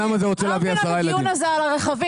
אני לא מבינה את הדיון הזה על הרכב.